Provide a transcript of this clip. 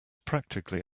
practically